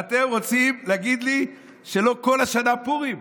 ואתם רוצים להגיד לי שלא כל השנה פורים?